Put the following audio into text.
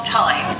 time